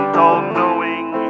all-knowing